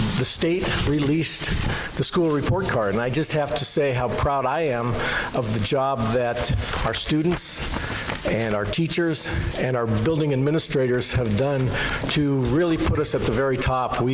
the state released the school report card and i just have to say how proud i am of the job that our students and our teachers and our building administrators have done to really put us at the very top.